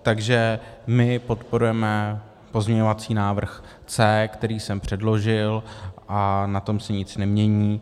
Takže my podporujeme pozměňovací návrh C, který jsem předložil, a na tom se nic nemění.